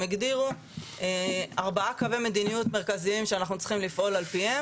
הגדירו ארבעה קווי מדיניות מרכזיים שאנחנו צריכים לפעול על פיהם.